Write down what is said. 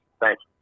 Thanks